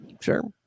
Sure